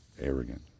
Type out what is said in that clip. arrogant